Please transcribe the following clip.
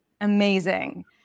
Amazing